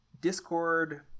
Discord